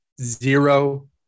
Zero